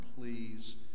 please